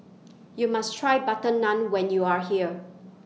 YOU must Try Butter Naan when YOU Are here